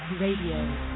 Radio